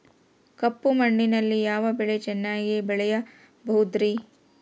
ಕಪ್ಪು ಮಣ್ಣಿನಲ್ಲಿ ಯಾವ ಬೆಳೆ ಚೆನ್ನಾಗಿ ಬೆಳೆಯಬಹುದ್ರಿ?